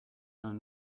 own